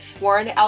Warren